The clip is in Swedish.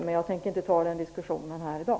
Men jag tänker som sagt inte ta den diskussionen i dag.